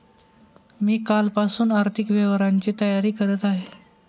मी कालपासून आर्थिक व्यवहारांची तयारी करत आहे